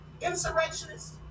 insurrectionists